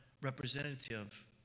representative